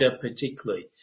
particularly